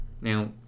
Now